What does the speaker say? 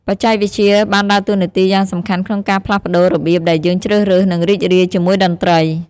បច្ចេកវិទ្យាបានដើរតួនាទីយ៉ាងសំខាន់ក្នុងការផ្លាស់ប្តូររបៀបដែលយើងជ្រើសរើស និងរីករាយជាមួយតន្ត្រី។